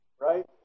right